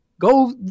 go